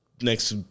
next